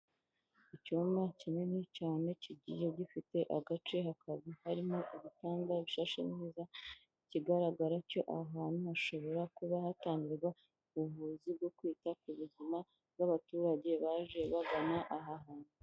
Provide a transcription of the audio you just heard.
Icyumba kinini cyane kigiye gifite agace hakaba harimo ibitanga bishashe neza, ikigaragara cyo ahantu hashobora kuba hatangirwa ubuvuzi bwo kwita ku buzima bw'abaturage baje bagana aha hantu.